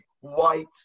white